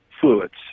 fluids